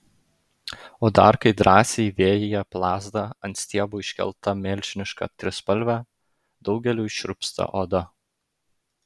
o dar kai drąsiai vėjyje plazda ant stiebo iškelta milžiniška trispalvė daugeliui šiurpsta oda